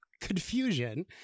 Confusion